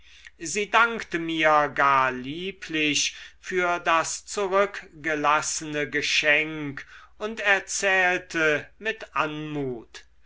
sie dankte mir gar lieblich für das zurückgelassene geschenk und erzählte mit